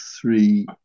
three